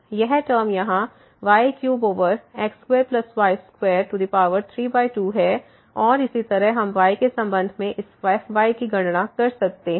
यह टर्म यहाँ y3x2y232 है और इसी तरह हम y के संबंध में इस fy की गणना कर सकते हैं